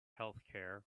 healthcare